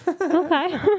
okay